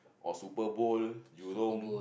or Superbowl jurong